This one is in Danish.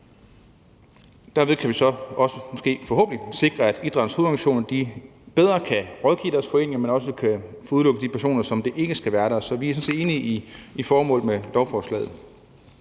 Derved kan vi måske så også forhåbentlig sikre, at idrættens hovedorganisationer bedre kan rådgive deres foreninger, men også kan få udelukket de personer, som ikke skal være der. Så vi er sådan set enige i formålet med lovforslaget.